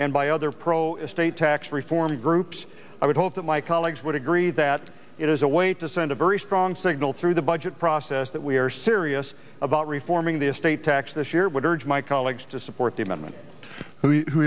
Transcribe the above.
and by other pro estate tax reform groups i would hope that my colleagues would agree that it is a way to send a very strong signal through the budget process that we are serious about reforming the estate tax this year but urge my colleagues to support the amendment